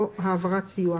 או העברת סיוע,